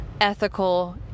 ethical